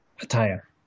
attire